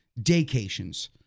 daycations